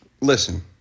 listen